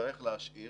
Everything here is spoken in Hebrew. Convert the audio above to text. שנצטרך להשאיר